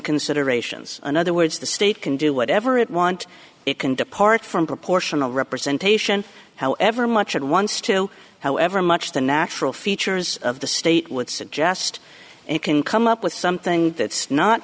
considerations in other words the state can do whatever it want it can depart from proportional representation however much at once too however much the natural features of the state would suggest it can come up with something that's not